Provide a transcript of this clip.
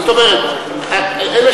זאת אומרת, אלה